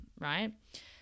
right